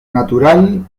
natural